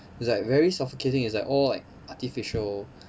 was like very suffocating is like all like artificial